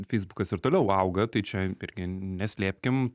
feisbukas ir toliau auga tai čia irgi neslėpkim